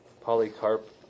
Polycarp